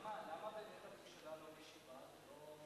למה באמת הממשלה לא משיבה?